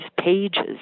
pages